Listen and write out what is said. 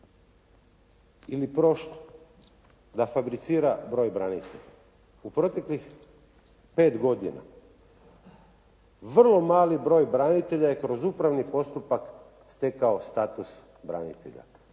ili prošlu da fabricira broj branitelja. U proteklih 5 godina vrlo mali broj branitelja je kroz upravni postupak stekao status branitelja.